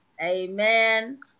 Amen